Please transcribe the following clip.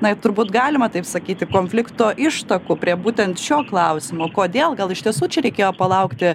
na juk turbūt galima taip sakyti konflikto ištakų prie būtent šio klausimo kodėl gal iš tiesų čia reikėjo palaukti